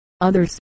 others